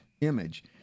image